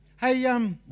Hey